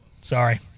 Sorry